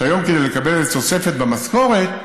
שהיום, כדי לקבל תוספת במשכורת,